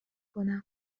کنم